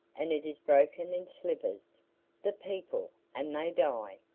and it is broken in slivers the people, and they die.